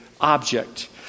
object